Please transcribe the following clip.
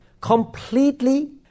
completely